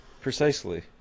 Precisely